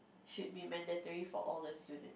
should be mandatory for all students